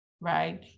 right